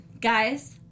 guys